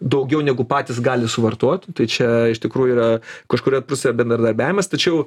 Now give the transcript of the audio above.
daugiau negu patys gali suvartoti tai čia iš tikrųjų yra kažkuria puse bendradarbiavimas tačiau